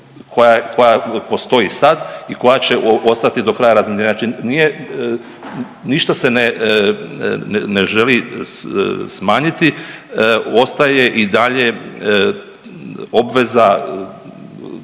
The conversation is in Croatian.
koja postoji sad i koja će ostati do kraja razminiranja. Znači nije, ništa se ne želi smanjiti. Ostaje i dalje obveza